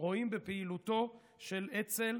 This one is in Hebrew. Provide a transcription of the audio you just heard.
רואים בפעילותו של אצ"ל